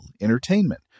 entertainment